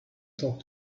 talk